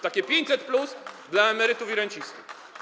To takie 500+ dla emerytów i rencistów.